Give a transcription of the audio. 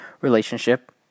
relationship